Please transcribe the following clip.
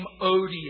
odious